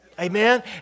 Amen